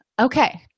okay